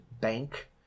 bank